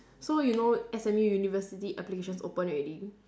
so you know S_M_U university application is open already